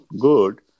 good